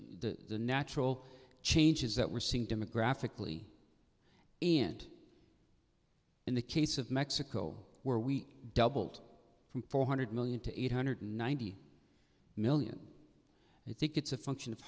the natural changes that we're seeing demographically and in the case of mexico where we doubled from four hundred million to eight hundred ninety million it think it's a function of